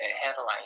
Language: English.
headline